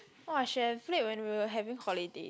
!wah! I should have played when we were having holidays